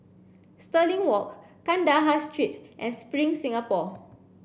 Stirling Walk Kandahar Street and Spring Singapore